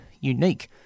unique